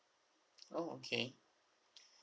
oh okay